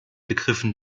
begriffen